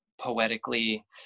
poetically